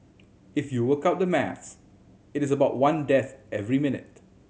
if you work out the maths it is about one death every minute